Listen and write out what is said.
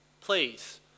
Please